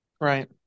Right